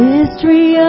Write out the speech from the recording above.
mystery